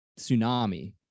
tsunami